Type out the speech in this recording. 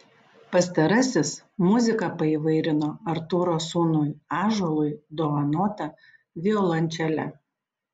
pastarasis muziką paįvairino artūro sūnui ąžuolui dovanota violončele